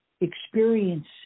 experience